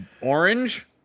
orange